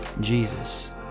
Jesus